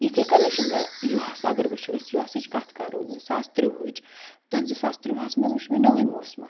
یِتھے کَنَتھ چھُ بہٕ یُہُس اگر وٕچھو أسۍ یُہسٕچ کَتھ کَرو زٕ ساس ترٛۆوُہ ہٕچ تہٕ زٕ ساس ترٛۆوُہس منٛز وٕچھ مےٚ نووے موسما